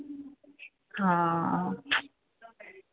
ਹਾਂ